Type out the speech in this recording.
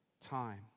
time